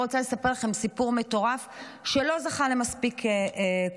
אני רוצה לספר לכם סיפור מטורף שלא זכה למספיק כותרות.